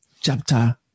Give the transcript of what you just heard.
chapter